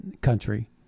country